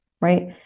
right